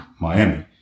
miami